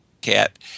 cat